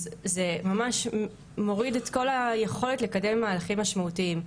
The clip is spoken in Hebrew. אז זה ממש מוריד את כל היכולת לקדם מהלכים משמעותיים,